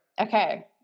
Okay